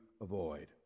avoid